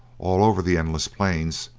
all over the endless plains,